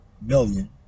million